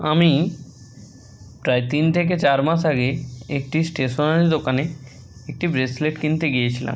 আমি প্রায় তিন থেকে চার মাস আগে একটি স্টেশনারি দোকানে একটি ব্রেসলেট কিনতে গিয়েছিলাম